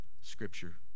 scripture